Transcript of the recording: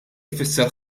tfisser